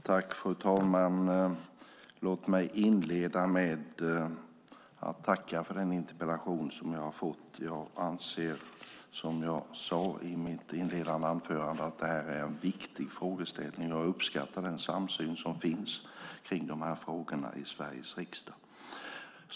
Fru talman! Låt mig inleda med att tacka för den interpellation som jag fått. Jag anser som jag sade i mitt inledande anförande att det här är en viktig fråga, och jag uppskattar den samsyn som finns i de här frågorna i Sveriges riksdag.